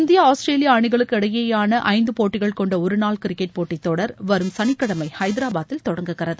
India Australia அணிகளுக்கு இடையேயான ஐந்து போட்டிகள் கொண்ட ஒரு நாள் கிரிக்கெட் போட்டித் தொடர் வரும் சனிக்கிழமை ஹைதரபாத்தில் தொடங்குகிறது